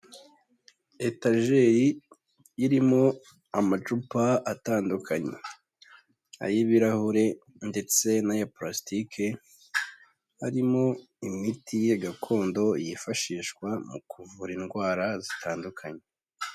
Etageri irimo amacupa atandukanye ay'ibirahure ndetse n'aya parasitike arimo imiti ya gakondo yifashishwa mu kuvura indwara zitandukanye.